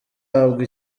ahabwa